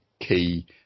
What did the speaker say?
key